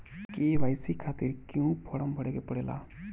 KYC खातिर क्यूं form भरे के पड़ेला?